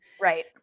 Right